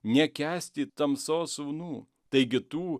nekęsti tamsos sūnų taigi tų